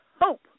hope